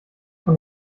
von